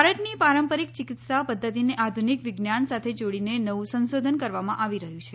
ભારતની પારંપારીક ચિકિત્સા પધ્ધતિને આધુનિક વિજ્ઞાન સાથે જોડીને નવું સંશોધન કરવામાં આવી રહ્યું છે